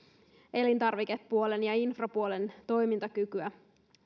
elintarvikepuolen ja infrapuolen toimintakykyä